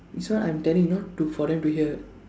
this one I'm telling not to for them to hear